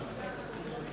Hvala.